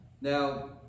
now